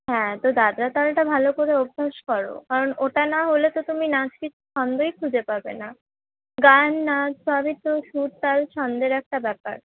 হ্যাঁ তো দাদরা তালটা ভালো করে অভ্যাস করো কারণ ওটা না হলে তো তুমি নাচের ছন্দই খুঁজে পাবে না গান নাচ সবই তো সুর তাল ছন্দের একটা ব্যাপার